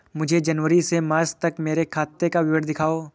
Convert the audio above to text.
मुझे जनवरी से मार्च तक मेरे खाते का विवरण दिखाओ?